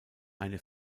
eine